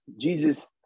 Jesus